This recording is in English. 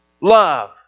love